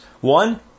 One